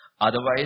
otherwise